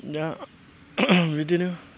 दा बिदिनो